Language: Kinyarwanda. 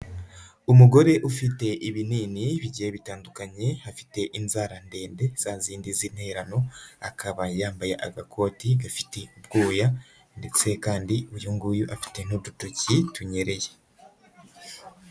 Umugore ufite ibinini bigiye bitandukanye, afite inzara ndende za zindi z'interano, akaba yambaye agakoti gafite ubwoya ndetse kandi uyu nguyu afite n'udutoki tunyereye.